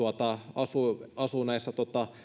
asuu asuu näissä